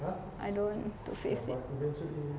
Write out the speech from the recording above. I don't want to face it